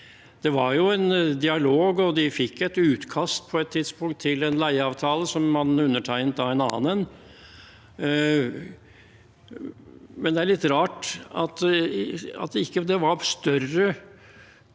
Det var jo en dialog, og de fikk på et tidspunkt et utkast til en leieavtale som man undertegnet, da en annen en. Det er litt rart at det ikke var større